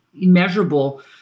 immeasurable